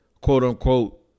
quote-unquote